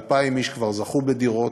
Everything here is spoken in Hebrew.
2,000 איש כבר זכו בדירות,